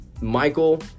Michael